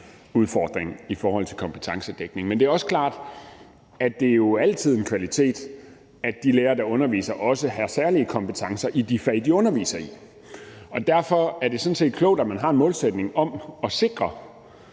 udfordring i forhold til kompetencedækningen, men det er jo også klart, at det altid er en kvalitet, at de lærere, der underviser, også har særlige kompetencer i de fag, de underviser i, og derfor er det sådan set klogt, at man har en målsætning om at sikre,